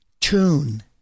tune